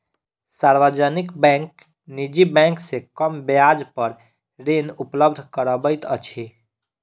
सार्वजनिक बैंक निजी बैंक से कम ब्याज पर ऋण उपलब्ध करबैत अछि